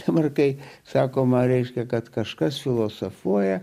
tvarkai sakoma reiškia kad kažkas filosofuoja